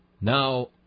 Now